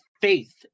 faith